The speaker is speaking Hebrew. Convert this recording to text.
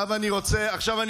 מי